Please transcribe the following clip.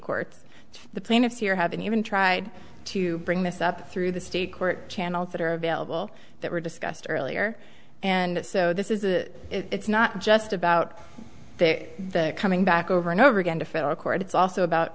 court the plaintiffs here haven't even tried to bring this up through the state court channels that are available that were discussed earlier and so this is a it's not just about their coming back over and over again to federal court it's also about